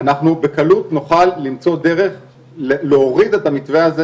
אנחנו בקלות נוכל למצוא דרך להוריד את המתווה הזה